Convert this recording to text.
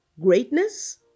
greatness